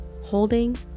holding